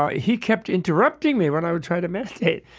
ah he kept interrupting me when i would try to meditate.